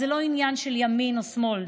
זה לא עניין של ימין או שמאל,